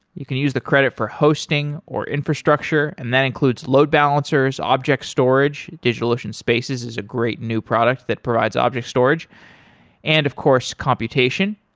you can use the credit for hosting or infrastructure and that includes load balancers, object storage. digitalocean spaces is a great new product that provides object storage and, of course, computation.